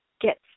get